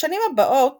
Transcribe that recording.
בשנים הבאות